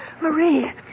Marie